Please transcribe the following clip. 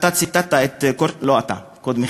קודמך,